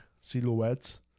silhouettes